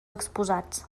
exposats